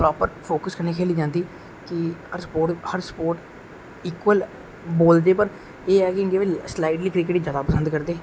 proper focus कन्नै खेढी जंदी हर स्पोर्टस इक्युल बोलदे एह् हे कि स्लाइड आहली क्रिकेट ज्यादा पसंद करदे